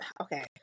okay